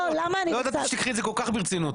לא ידעתי שתיקחי את זה כל כך ברצינות.